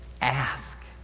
Ask